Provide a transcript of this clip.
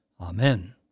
Amen